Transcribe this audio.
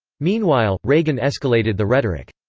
meanwhile, reagan escalated the rhetoric.